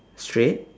straight